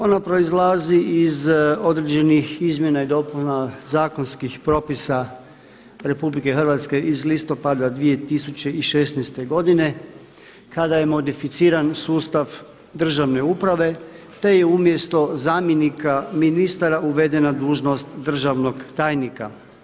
Ona proizlazi iz određenih izmjena i dopuna zakonskih propisa Republike Hrvatske iz listopada 2016. godine kada je modificiran sustav državne uprave, te je umjesto zamjenika ministara uvedena dužnost državnog tajnika.